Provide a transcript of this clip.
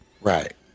Right